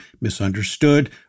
misunderstood